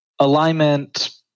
alignment